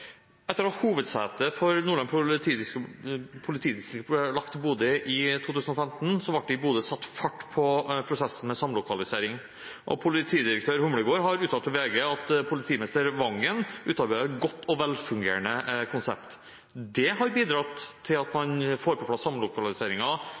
Etter at hovedsetet for Nordland politidistrikt ble lagt til Bodø i 2015, ble det i Bodø satt fart på prosessen med samlokalisering. Politidirektør Humlegård har uttalt til VG at politimester Vangen utarbeidet et godt og velfungerende konsept. Det har bidratt til at